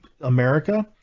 America